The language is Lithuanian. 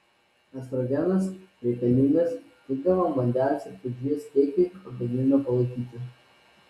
estrogenas reikalingas tinkamam vandens ir tulžies kiekiui organizme palaikyti